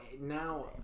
now